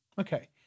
Okay